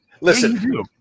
Listen